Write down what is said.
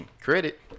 Credit